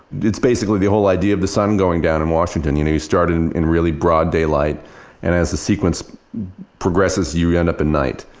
it's basically the whole idea of the sun going down on and washington. you know you start in in really broad daylight and as the sequence progresses, you end up at night.